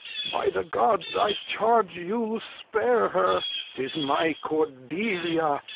by the gods i charge you spare her tis my cordelia,